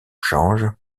change